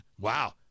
Wow